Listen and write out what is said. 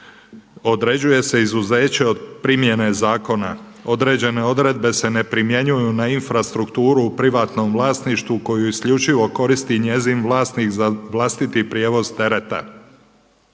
određuje se izuzeće od primjene zakona određene odredbe se ne primjenjuju na infrastrukturu u privatnom vlasništvu koju isključivo koristi njezin vlasnik za vlastiti prijevoz tereta.